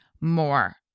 more